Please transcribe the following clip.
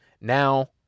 Now